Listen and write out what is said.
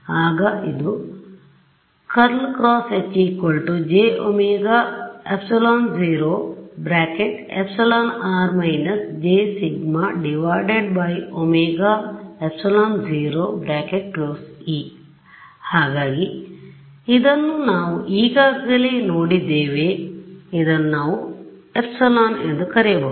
ಆಗ ಇದು ಹಾಗಾಗಿ ಇದನ್ನು ನಾವು ಈಗಾಗಲೇ ನೋಡಿದ್ದೇವೆ ಇದನ್ನು ನಾವು ε′ ಎಂದು ಕರೆಯಬಹುದು